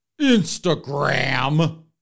Instagram